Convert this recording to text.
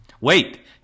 Wait